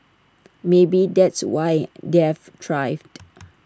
maybe that's why they have thrived